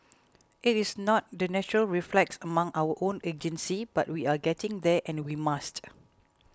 it is not the natural reflex among our own agencies but we are getting there and we must